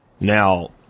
Now